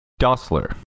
Dassler